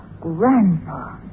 Grandpa